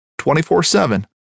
24-7